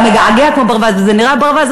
זה מגעגע כמו ברווז וזה נראה ברווז,